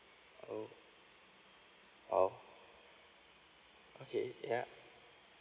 oh oh okay yeah